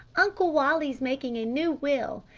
uncle wally's making a new will.